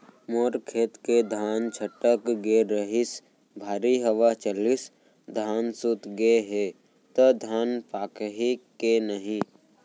मोर खेत के धान छटक गे रहीस, भारी हवा चलिस, धान सूत गे हे, त धान पाकही के नहीं?